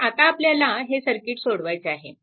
तर आता आपल्याला हे सर्किट सोडवायचे आहे